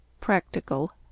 Practical